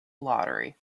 lottery